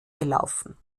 gelaufen